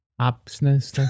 absence